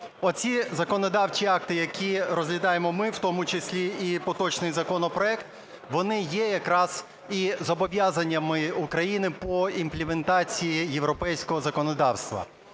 Оці законодавчі акти, які розглядаємо ми, в тому числі і поточний законопроект, вони є якраз і зобов'язаннями України по імплементації європейського законодавства.